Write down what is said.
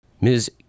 Ms